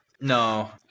No